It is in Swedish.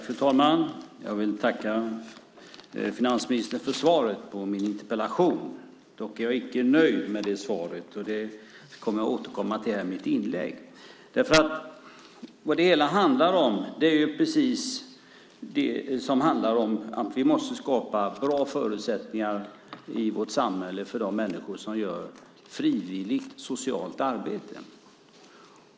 Fru talman! Jag vill tacka finansministern för svaret på min interpellation. Dock är jag icke nöjd med det svaret, vilket jag kommer att återkomma till i mitt inlägg. Vad det hela handlar om är att vi måste skapa bra förutsättningar i vårt samhälle för de människor som utför frivilligt socialt arbete.